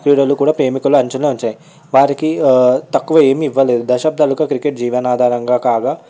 క్రీడలు కూడా ప్రేమికులు అంచున ఉంచాయి వారికి తక్కువ ఏమీ ఇవ్వలేదు దశబ్దాలుగా క్రికెట్ జీవనాధారంగా కాగా